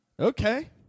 Okay